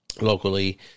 locally